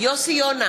יוסי יונה,